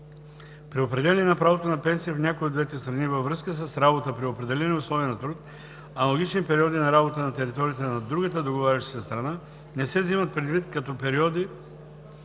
При определяне на правото на пенсия в някоя от двете страни във връзка с работа при определени условия на труд, аналогични периоди на работа на територията на другата договаряща се страна, не се взимат предвид като периоди